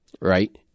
right